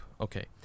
Okay